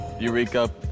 Eureka